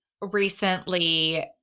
recently